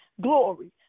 glory